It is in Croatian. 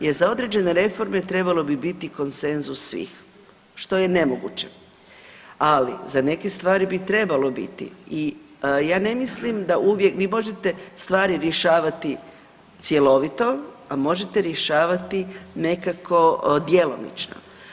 Jer, za određene reforme trebalo bi biti konsenzus svih, što je nemoguće, ali za neke stvari bi trebalo biti i ja ne mislim da uvijek, vi možete stvari rješavati cjelovito, a možete rješavati nekako djelomično.